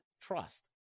trust